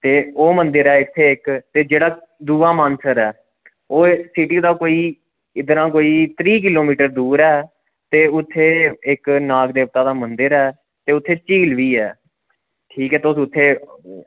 ते ओह् मंदर ऐ इत्थें इक्क ते जेह्ड़ा दूआ मानसर ऐ ते ओह् सिटी दा कोई त्रीह् किलोमीटर दूर ऐ ते उत्थें इक्क नाग देवता दा मंदर ऐ ते उत्थें इक्क झील बी ऐ ते तुस उत्थें